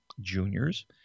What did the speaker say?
juniors